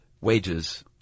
wages –